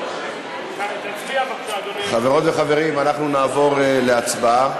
כן, חברות וחברים, אנחנו נעבור להצבעה.